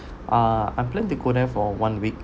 ah I plan to go there for one week